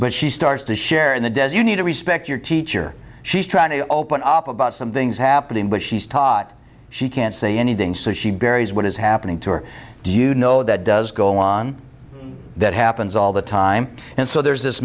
but she starts to share in the desi need to respect your teacher she's trying to open up about something's happening but she's taught she can't say anything so she buries what is happening to her do you know that does go on that happens all the time and so there's this